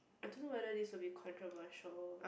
I don't know whether this will be controversial